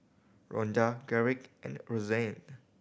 Ronda Garrick and Rozanne